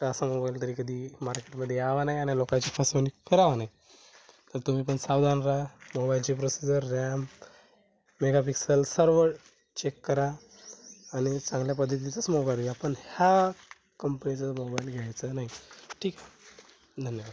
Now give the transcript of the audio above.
का असा मोबाईल तरी कधीही मार्केटमध्ये यावा नाही आणि लोकांची फसवणूक करावा नाही तर तुम्ही पण सावधान राहा मोबाईलचे प्रोसेसर ऱ्याम मेगापिक्सल सर्व चेक करा आणि चांगल्या पद्धतीचाच मोबाईल घ्या पण ह्या कंपनीचं मोबाईल घ्यायचं नाही ठीक धन्यवाद